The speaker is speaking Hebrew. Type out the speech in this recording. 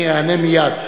אני איענה מייד.